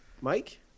Mike